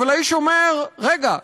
אבל האיש אומר: רגע,